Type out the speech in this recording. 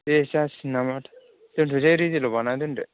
दे जासिगोन नामा दोन्थ'दो रेदि ल' बानायना दोन्दो